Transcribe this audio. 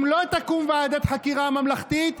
אם לא תקום ועדת חקיקה ממלכתית,